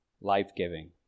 Life-giving